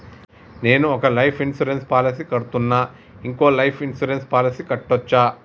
నేను ఒక life insurance policy కడ్తున్నా, ఇంకో లైఫ్ ఇన్సూరెన్స్ పాలసీ కట్టొచ్చా?